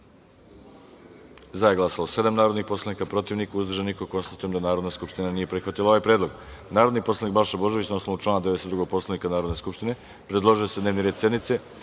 za – pet narodnih poslanika, protiv – niko, uzdržanih – nema. Konstatujem da Narodna skupština nije prihvatila ovaj predlog. Narodni poslanik Balša Božović, na osnovu člana 92. Poslovnika Narodne skupštine, predložio je da se dnevni red sednice